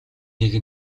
нэг